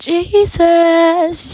Jesus